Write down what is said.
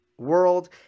World